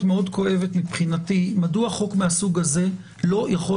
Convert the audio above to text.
מאוד כואבת מבחינתי מדוע חוק מהסוג הזה לא יכול